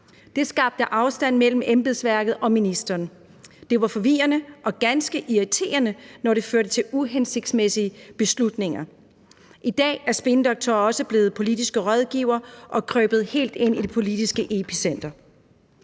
Det skabte afstand mellem embedsværket og ministeren. Det var forvirrende og ganske irriterende, når det førte til uhensigtsmæssige beslutninger. I dag er spindoktorer også blevet politiske rådgivere og krøbet helt ind i det politiske epicenter.